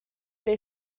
they